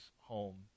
home